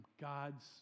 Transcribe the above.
God's